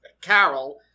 Carol